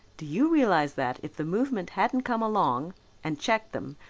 do you realize that, if the movement hadn't come along and checked them,